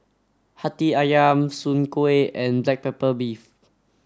Hati Ayam Soon Kueh and black pepper beef